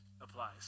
applies